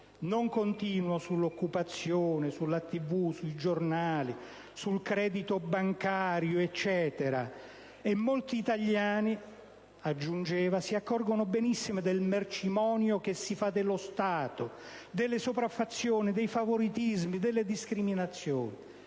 Non continuo sull'occupazione, sulla televisione, sui giornali, sul credito bancario. "Molti italiani" - aggiungeva Berlinguer - "si accorgono benissimo del mercimonio che si fa dello Stato, delle sopraffazioni, dei favoritismi, delle discriminazioni.